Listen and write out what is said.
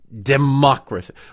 democracy